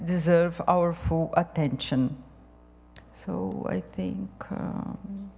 deserve our full attention so i think